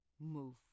move